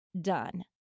done